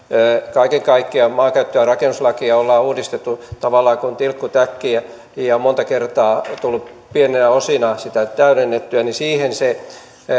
kaiken kaikkiaan maankäyttö ja rakennuslakia ollaan uudistettu tavallaan kuin tilkkutäkkiä ja monta kertaa on tullut pieninä osina sitä täydennettyä ja siihen liittyen se